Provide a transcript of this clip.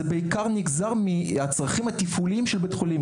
זה בעיקר נגזר מהצרכים התפעולים של בית החולים.